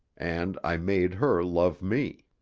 and i made her love me.